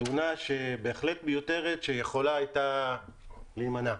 תאונה בהחלט מיותרת שיכולה הייתה להימנע.